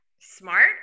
smart